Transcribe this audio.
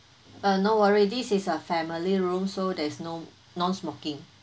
uh no already this a family room so there's no non smoking